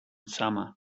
summer